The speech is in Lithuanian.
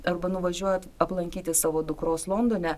arba nuvažiuoju aplankyti savo dukros londone